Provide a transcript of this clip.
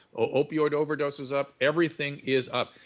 opioid overdoses up, everything is up.